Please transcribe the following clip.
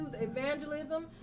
evangelism